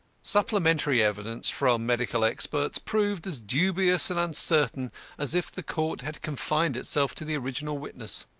supplementary evidence from medical experts proved as dubious and uncertain as if the court had confined itself to the original witness.